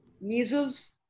Measles